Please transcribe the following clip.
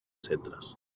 centres